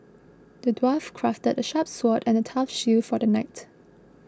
the dwarf crafted a sharp sword and a tough shield for the knight